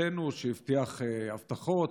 ממשלתנו והבטיח הבטחות.